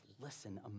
listen